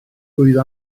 rwyf